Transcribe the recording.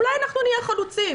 אולי אנחנו נהיה חלוצים.